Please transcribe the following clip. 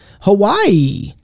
Hawaii